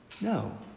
No